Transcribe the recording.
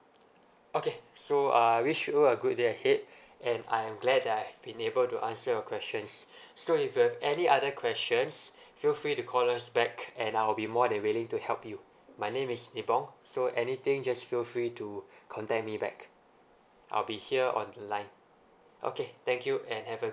okay so uh I wish you a good day ahead and I am glad that I've been able to answer your questions so if you have any other questions feel free to call us back and I'll be more than willing to help you my name is nibong so anything just feel free to contact me back I'll be here on the line okay thank you and have a